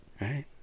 right